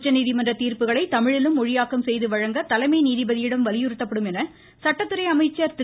உச்சநீதிமன்ற தீர்ப்புகளை தமிழிலும் மொழியாக்கம் செய்து வழங்க தலைமை நீதிபதியிடம் வலியுறுத்தப்படும் என்று சட்டத்துறை அமைச்சர் திரு